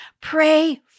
Pray